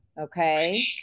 Okay